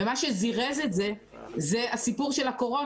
ומה שזירז את זה הוא הסיפור של הקורונה,